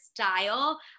style